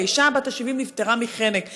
והאישה בת ה-70 נפטרה מחנק.